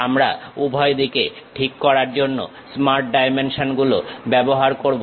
আমরা উভয় দিকে ঠিক করার জন্য স্মার্ট ডাইমেনশন গুলো ব্যবহার করব